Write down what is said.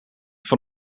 van